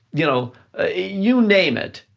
you know you name it.